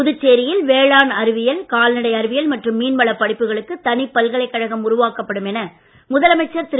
புதுச்சேரியில் வேளாண் அறிவியல் கால்நடை அறிவியல் மற்றும் மீன்வளப் படிப்புகளுக்கு தனிப் பல்கலைக்கழகம் உருவாக்கப்படும் என முதலமைச்சர் திரு